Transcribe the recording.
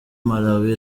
malawi